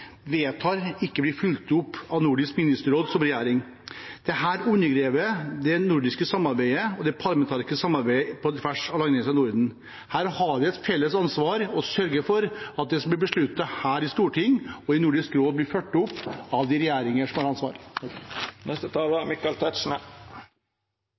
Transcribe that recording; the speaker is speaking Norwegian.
ministerråd som regjering. Dette undergraver det nordiske samarbeidet og det parlamentariske samarbeidet på tvers av landegrensene i Norden. Her har vi et felles ansvar for å sørge for at det som blir besluttet her i Stortinget og i Nordisk råd, blir fulgt opp av de regjeringene som har